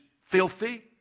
filthy